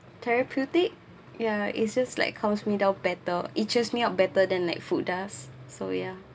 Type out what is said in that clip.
therapeutic ya it's just like calms me down better it cheers me up better than like food does so ya